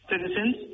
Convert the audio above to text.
citizens